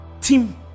Team